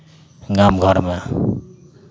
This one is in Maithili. गाम घरमे